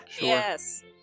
Yes